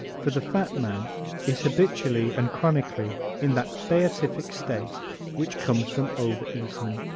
for the fat man is habitually and chronically in that beatific state which comes from over-eating.